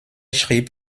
schrieb